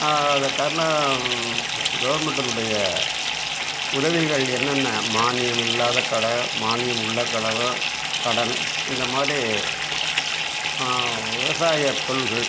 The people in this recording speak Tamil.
அந்த கர்ணன் கவர்மெண்ட்டின்னுடைய உதவிகள் என்னென்ன மானியம் இல்லாத கடை மானியம் உள்ள கலவை கடல் இந்தமாதிரி விவசாயப் பொருள்கள்